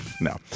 No